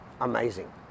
amazing